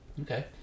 okay